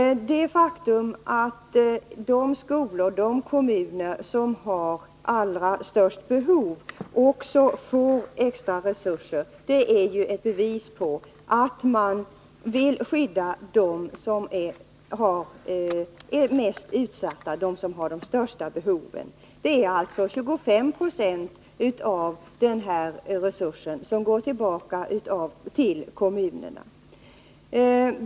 Det faktum att de skolor, de kommuner, som har de allra största behoven också får extra resurser, är ju ett bevis på att man vill skydda dem som är mest utsatta, som har de största behoven. 25 96 av den här resursen går alltså tillbaka till kommunerna.